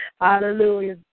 hallelujah